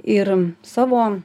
ir savo